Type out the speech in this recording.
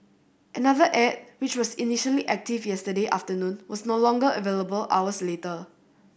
another ad which was initially active yesterday afternoon was no longer available hours later